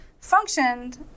functioned